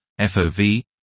fov